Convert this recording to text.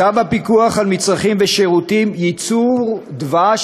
צו הפיקוח על מצרכים ושירותים (ייצור דבש